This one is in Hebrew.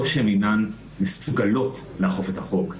או שהן אינן מסוגלות לאכוף את החוק,